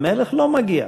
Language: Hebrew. המלך לא מגיע.